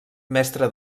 mestre